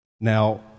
Now